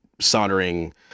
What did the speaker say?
soldering